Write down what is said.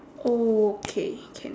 okay can